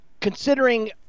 considering